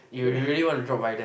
you you really want to drop by there